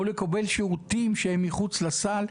או לקבל שירותים שהם מחוץ לסל.